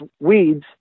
weeds